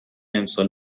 امسال